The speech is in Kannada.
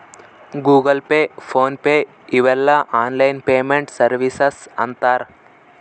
ಗೂಗಲ್ ಪೇ ಫೋನ್ ಪೇ ಇವೆಲ್ಲ ಆನ್ಲೈನ್ ಪೇಮೆಂಟ್ ಸರ್ವೀಸಸ್ ಅಂತರ್